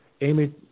Amy